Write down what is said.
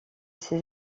ses